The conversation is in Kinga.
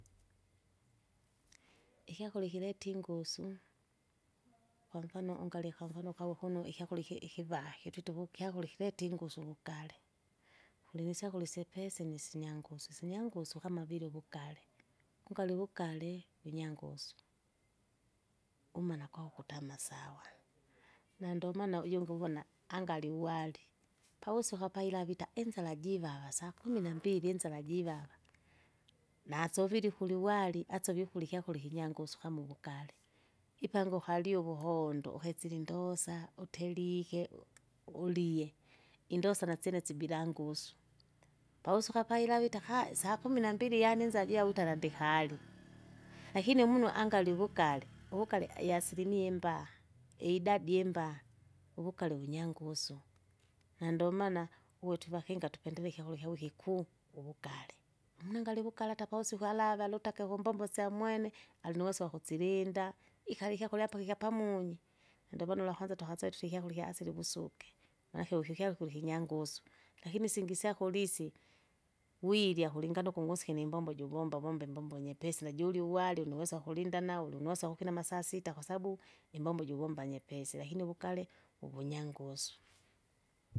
Ikyakurya ikileta ingusu, kwamfano ungarya kwamfano kawe kuno ikyakurya iki- ikivae kitwita uvu ikyakurya ikileta ingusu uvugale, kulinisyakurya isyepesi nisinyangusu, isinyangusu kama vile uwugale, ungarya uvugale winyangusu, umana kwaukutama sawa, na ndomaana ujungi uvona angali uwari, pavusuka paila vita inzara jivava sakumi nambili inzara jivava, nasovile ukuli uwari asovie ukurya ikyakura ikinyangusu kama uvugare. Ipanga ukali uvuhondo ukesire indosa, uterike, indosa nasyene sibila ngusu, pausuka paila witaka! sakumi nmabili yaani inzavia witaka ndikarye, Lakini umunu angali uwugale uwugale iasilimia imbaha idadi imbaha uvugale vungangusu, nandomaana, uwe twivakinga twipendelea ikyakura ikyavo ikikuu, uvugale, mningarya uvugale hata pavusiku alave aliutake kumbombo isyamwene, alinuweso wakusilinda. Ikale ikyakurya mpaka ikyapamunyi, na ndomaana ulwakwanza twakase tuti ikyakurya ikya asili uvusuke. Manake wuki ikyakurya ikinyangusu, lakini isingi isyakurya isi, wirya kulingana ukung'osike nimbombo juvomba vomba imbombo nyepesi najurya uwari unuwesa kulinda nawulu, ulinuwesa kukina masaa sita kwasabu, imbombo juvomba nyepesi, lakini uvugale, uvunyangusu.